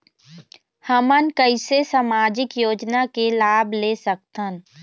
हमन कैसे सामाजिक योजना के लाभ ले सकथन?